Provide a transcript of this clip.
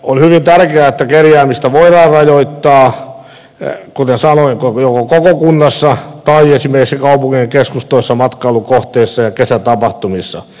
on hyvin tärkeää että kerjäämistä voidaan rajoittaa kuten sanoin joko koko kunnassa tai esimerkiksi kaupunkien keskustoissa matkailukohteissa ja kesätapahtumissa